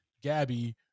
Gabby